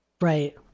Right